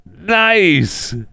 nice